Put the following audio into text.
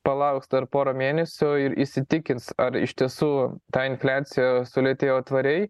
palauks dar porą mėnesių ir įsitikins ar iš tiesų ta infliacija sulėtėjo tvariai